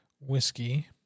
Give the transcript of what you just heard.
Whiskey